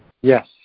Yes